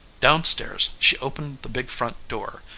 down-stairs she opened the big front door,